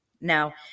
Now